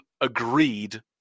agreed